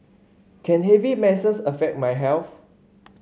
can heavy menses affect my health